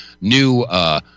new